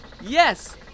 yes